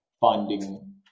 finding